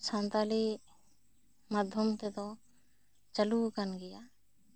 ᱥᱟᱱᱛᱷᱟᱲᱤ ᱢᱟᱫᱷᱭᱚᱢ ᱛᱮᱫᱚ ᱪᱟᱹᱞᱩ ᱟᱠᱟᱱ ᱜᱮᱭᱟ ᱟᱨ